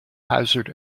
hazard